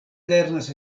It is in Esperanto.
lernas